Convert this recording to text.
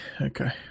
okay